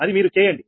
అది మీరు చేయండి